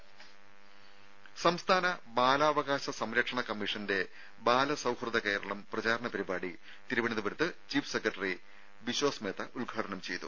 രമേ സംസ്ഥാന ബാലാവകാശ സംരക്ഷണ കമ്മീഷന്റെ ബാല സൌഹൃദ കേരളം പ്രചാരണ പരിപാടി തിരുവനന്തപുരത്ത് ചീഫ് സെക്രട്ടറി ബിശ്വാസ് മേത്ത ഉദ്ഘാടനം ചെയ്തു